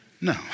No